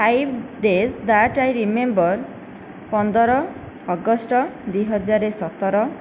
five days that I remember ପନ୍ଦର August ଦୁଇ ହଜାର ସତର